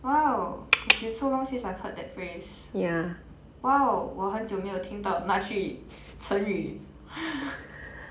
!wow! it's been so long since I've heard that phrase !wow! 我很久没有听到那句成语